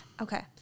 Okay